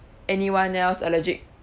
anyone else allergic